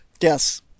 Yes